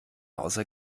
außer